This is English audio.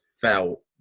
felt